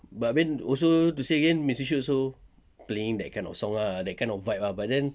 but then also to say again missy shoot also playing that kind of song ah that kind of vibe ah but then